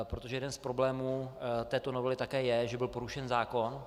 Protože jeden z problémů této novely také je, že byl porušen zákon.